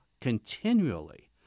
continually